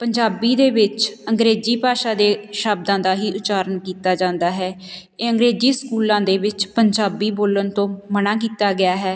ਪੰਜਾਬੀ ਦੇ ਵਿੱਚ ਅੰਗਰੇਜ਼ੀ ਭਾਸ਼ਾ ਦੇ ਸ਼ਬਦਾਂ ਦਾ ਹੀ ਉਚਾਰਨ ਕੀਤਾ ਜਾਂਦਾ ਹੈ ਇਹ ਅੰਗਰੇਜ਼ੀ ਸਕੂਲਾਂ ਦੇ ਵਿੱਚ ਪੰਜਾਬੀ ਬੋਲਣ ਤੋਂ ਮਨਾਂ ਕੀਤਾ ਗਿਆ ਹੈ